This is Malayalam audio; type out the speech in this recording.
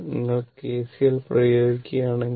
നിങ്ങൾ കെസിഎൽ പ്രയോഗിക്കുകയാണെങ്കിൽ